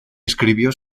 escribió